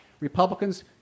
Republicans